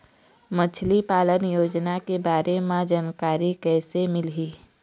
मछली पालन योजना के बारे म जानकारी किसे मिलही?